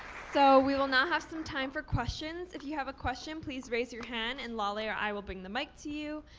so we will now have some time for questions. if you have a question, please raise your hand, and lale or i will bring the mic to you.